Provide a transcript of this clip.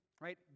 right